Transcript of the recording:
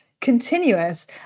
continuous